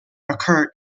occur